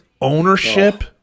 ownership